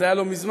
זה היה לא מזמן,